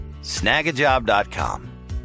snagajob.com